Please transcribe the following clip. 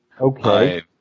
Okay